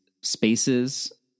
spaces